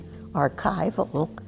archival